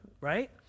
right